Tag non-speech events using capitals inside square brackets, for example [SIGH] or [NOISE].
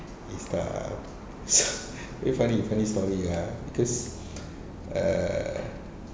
A star so [LAUGHS] very funny funny story ah because [BREATH] err